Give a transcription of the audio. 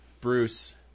Bruce